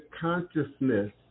consciousness